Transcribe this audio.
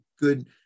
good